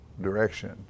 direction